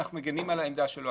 אנחנו מגנים על העמדה שלו,